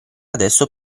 adesso